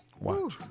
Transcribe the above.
Watch